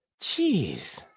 Jeez